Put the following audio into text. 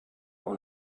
want